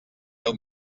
deu